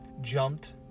jumped